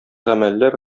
гамәлләр